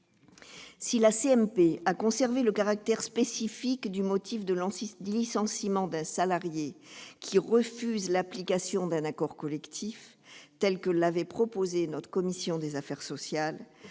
Si la CMP a conservé le caractère spécifique du motif de licenciement d'un salarié qui refuse l'application d'un accord collectif- tel que l'avait proposé notre commission des affaires sociales